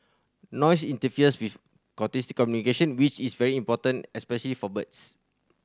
noise interferes with communication which is very important especially for birds